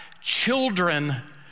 children